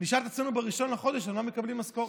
נשאל את עצמנו בראשון בחודש על מה מקבלים משכורת.